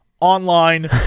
online